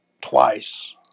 twice